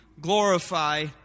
glorify